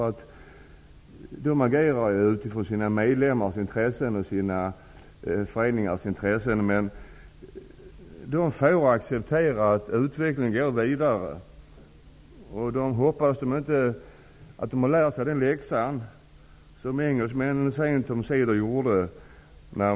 De agerar utifrån sina medlemmars och sina föreningars intressen. Men de får lov att acceptera att utvecklingen går vidare. Jag hoppas att de har lärt sig den läxa som engelsmännen sent omsider lärde sig.